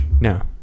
No